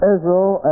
Israel